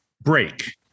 break